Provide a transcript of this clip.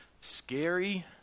scary